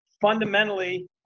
fundamentally